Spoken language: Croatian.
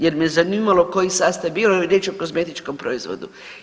Jer me zanimalo koji je sastav bio, riječ je o kozmetičkom proizvodu.